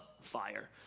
fire